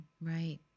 Right